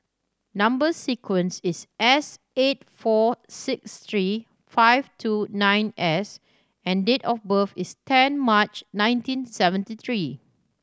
number sequence is S eight four six three five two nine S and date of birth is ten March nineteen seventy three